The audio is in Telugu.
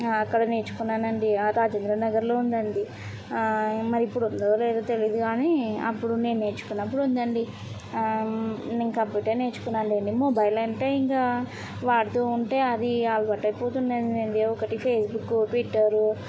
అక్కడ నేర్చుకున్నాను అండి ఆ రాజేంద్ర నగర్లో ఉందండి మరి ఇప్పుడు ఉందో లేదో తెలియదు కానీ అప్పుడు నేను నేర్చుకున్నప్పుడు ఉందండి నేను కంప్యూటర్ నేర్చుకున్నాను అండి మొబైల్ అంటే ఇంకా వాడుతూ ఉంటే అది అలవాటైపోతుంది ఒకటే ఫేస్బుక్ ట్విట్టర్